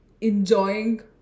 enjoying